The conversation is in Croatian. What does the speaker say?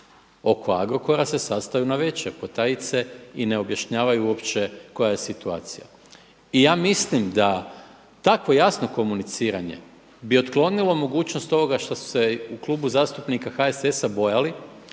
Oko Agrokora se sastaju navečer, potajice i ne objašnjavaju uopće koja je situacija. I ja mislim da tako jasno komuniciranje bi otklonilo mogućnost ovoga što su se u Klubu zastupnika HSS-a bojali